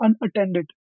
unattended